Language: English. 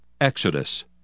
Exodus